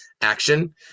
action